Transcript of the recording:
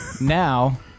Now